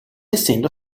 essendo